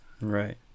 Right